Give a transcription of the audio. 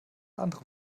andere